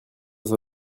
dans